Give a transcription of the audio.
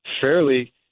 fairly